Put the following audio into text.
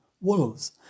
wolves